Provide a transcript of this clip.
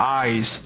eyes